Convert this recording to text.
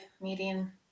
median